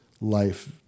life